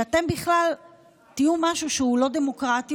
כשאתם בכלל תהיו משהו שהוא לא דמוקרטי,